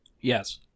yes